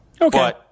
Okay